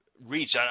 Reach